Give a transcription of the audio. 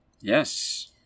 Yes